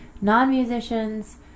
non-musicians